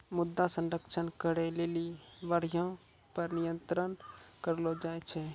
मृदा संरक्षण करै लेली बाढ़ि पर नियंत्रण करलो जाय छै